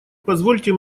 позвольте